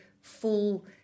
full